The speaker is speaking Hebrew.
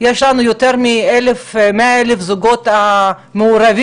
יש לנו יותר מ-100,000 זוגות מעורבים.